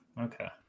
okay